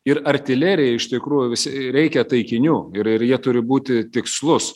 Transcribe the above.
ir artilerijai iš tikrųjų vis reikia taikinių ir ir jie turi būti tikslus